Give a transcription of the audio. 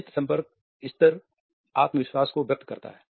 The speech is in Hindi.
नेत्र संपर्क स्तर आत्मविश्वास को व्यक्त करता है